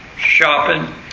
shopping